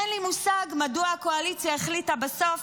אין לי מושג מדוע הקואליציה החליטה בסוף